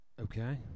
Okay